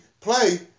play